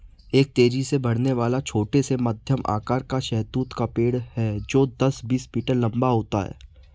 एक तेजी से बढ़ने वाला, छोटा से मध्यम आकार का शहतूत का पेड़ है जो दस, बीस मीटर लंबा होता है